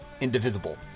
indivisible